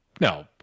no